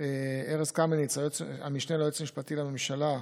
ארז קמיניץ, המשנה ליועץ המשפטי לממשלה,